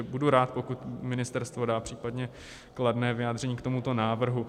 Budu rád, pokud ministerstvo dá případně kladné vyjádření k tomuto návrhu.